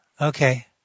okay